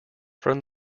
from